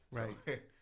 Right